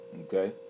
Okay